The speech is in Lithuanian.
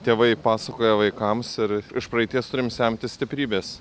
tėvai pasakoja vaikams ir iš praeities turim semtis stiprybės